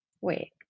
Wait